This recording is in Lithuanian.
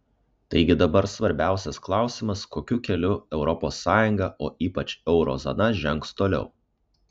taigi dabar svarbiausias klausimas kokiu keliu europos sąjunga o ypač euro zona žengs toliau